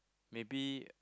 maybe